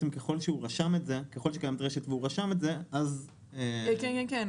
ככל שקיימת רשת והוא רשם את זה, אז --- כן, כן.